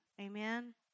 Amen